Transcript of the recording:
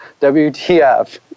WTF